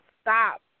stop